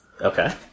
Okay